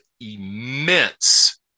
immense